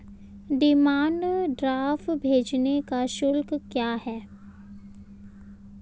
Demand draft भेजने का शुल्क क्या है?